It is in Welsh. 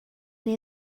neu